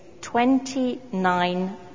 29